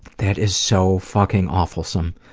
that is so fucking awfulsome.